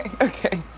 okay